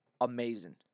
amazing